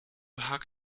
hug